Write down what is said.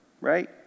right